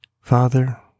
Father